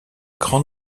grand